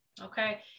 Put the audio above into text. Okay